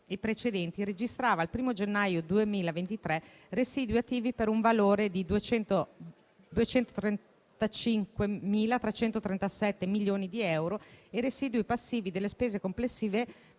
e precedenti registrava al 1° gennaio 2023 residui attivi per un valore di 235.337 milioni di euro e residui passivi delle spese complessive per